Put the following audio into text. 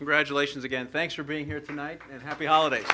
congratulations again thanks for being here tonight and happy holiday